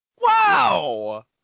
Wow